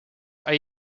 are